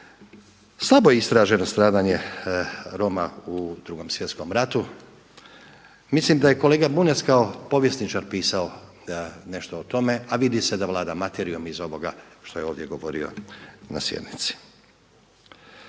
Slabo je istraženo stradanje Roma u Drugom svjetskom ratu. Mislim da je kolega Bunjac kao povjesničar pisao nešto o tome, a vidi se da vlada materijom iz ovoga što je ovdje govorio na sjednici.